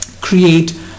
create